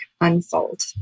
unfold